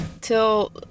till